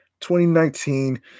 2019